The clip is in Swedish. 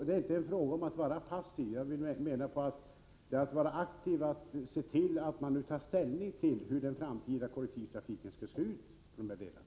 Det är inte fråga om att vara passiv, utan enligt min mening är man aktiv när man ser till att det blir ställningstaganden till hur den framtida kollektivtrafiken skall se ut i de här områdena.